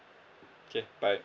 okay bye